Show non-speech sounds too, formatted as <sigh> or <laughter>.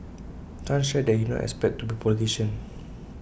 chan shared that he did not expect to be A politician <noise>